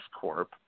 corp